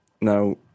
Now